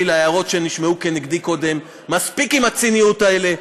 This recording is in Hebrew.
להערות שנשמעו כנגדי קודם: מספיק עם הציניות הזאת.